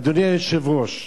אדוני היושב-ראש,